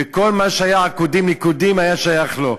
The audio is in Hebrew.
וכל מה שהיה עקודים נקודים היה שייך לו.